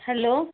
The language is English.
hello